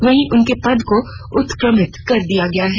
वहीं उनके पद को उत्क्रमित कर दिया गया है